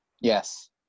Yes